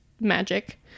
magic